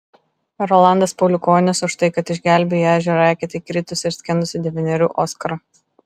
rolandas pauliukonis už tai kad išgelbėjo į ežero eketę įkritusį ir skendusį devynerių oskarą